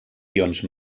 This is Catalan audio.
ions